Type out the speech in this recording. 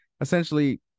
essentially